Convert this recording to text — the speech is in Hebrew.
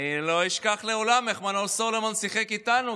אני לא אשכח לעולם איך מנור סולומון שיחק איתנו,